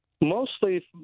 Mostly